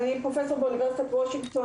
פרופסור באוניברסיטת וושינגטון.